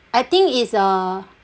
I think it's a